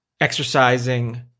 exercising